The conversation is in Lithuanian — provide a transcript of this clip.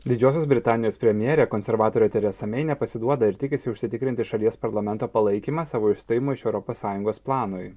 didžiosios britanijos premjerė konservatorė teresa mei nepasiduoda ir tikisi užsitikrinti šalies parlamento palaikymą savo išstojimo iš europos sąjungos planui